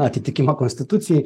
atitikimą konstitucijai